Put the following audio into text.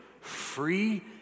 free